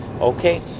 Okay